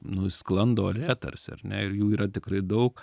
nu sklando ore tarsi ar ne ir jų yra tikrai daug